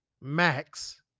Max